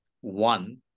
one